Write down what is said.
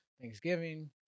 Thanksgiving